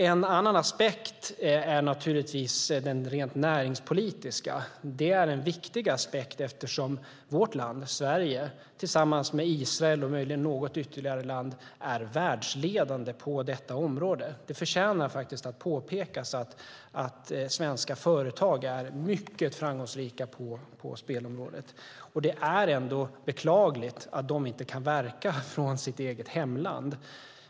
En annan aspekt är den rent näringspolitiska. Det är en viktig aspekt. Sverige är, tillsammans med Israel och möjligen något ytterligare land, världsledande på detta område. Det förtjänar att påpekas att svenska företag är mycket framgångsrika på spelområdet. Det är beklagligt att de inte kan verka från sitt hemland.